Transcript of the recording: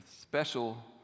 special